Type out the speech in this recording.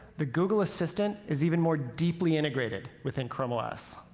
the google assistant is even more deeply integrated within chrome os.